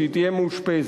כשהיא תהיה מאושפזת.